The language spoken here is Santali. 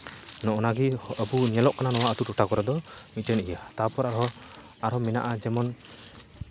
ᱱᱚᱜᱼᱚ ᱱᱟ ᱜᱮ ᱧᱮᱞᱚᱜ ᱠᱟᱱᱟ ᱟᱵᱚ ᱟᱹᱛᱩ ᱴᱚᱴᱷᱟ ᱠᱚᱨᱮᱫ ᱫᱚ ᱢᱤᱫᱴᱮᱱ ᱜᱮᱭᱟ ᱛᱟᱨᱯᱚᱨᱮ ᱟᱨᱦᱚᱸ ᱢᱮᱱᱟᱜᱼᱟ ᱡᱮᱢᱚᱱ